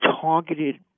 targeted